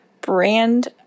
brand